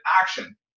action